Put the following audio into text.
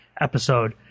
episode